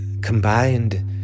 combined